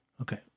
Okay